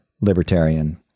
libertarian